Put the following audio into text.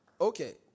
Okay